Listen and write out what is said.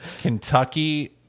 Kentucky